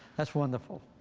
that's wonderful.